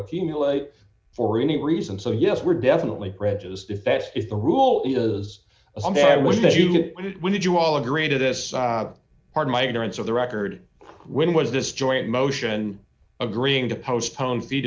accumulate for any reason so yes we're definitely prejudiced if that is the rule is there was that you get when did you all agree to this pardon my ignorance of the record when was this joint motion agreeing to postpone fee